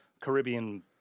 Caribbean